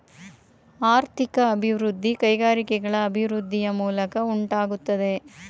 ಆರ್ಥಿಕ ಅಭಿವೃದ್ಧಿ ಕೈಗಾರಿಕೆಗಳ ಅಭಿವೃದ್ಧಿಯ ಮೂಲಕ ಉಂಟಾಗುತ್ತದೆ